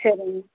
சரிங்க